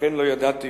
לא ידעתי